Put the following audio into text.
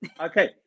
okay